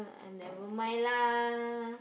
uh never mind lah